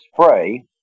spray